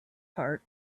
part